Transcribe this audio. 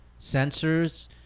sensors